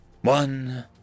One